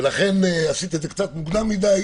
ולכן עשית את זה קצת מוקדם מדי,